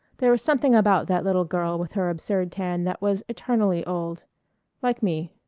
there was something about that little girl with her absurd tan that was eternally old like me.